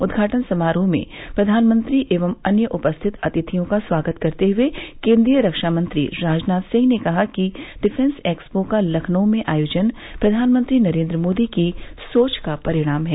उद्घाटन समारोह में प्रधानमंत्री एवं अन्य उपस्थित अतिथियों का स्वागत करते हुए केन्द्रीय रक्षामंत्री राजनाथ सिंह कहा कि डिफेंस एक्सपो का लखनऊ में आयोजन प्रधानमंत्री नरेन्द्र मोदी की सोच का परिणाम है